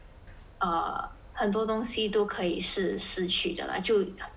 err 很多东西都可以是失去的啦就